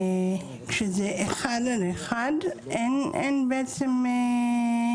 כשזה אחד על אחד, אין גם יכולת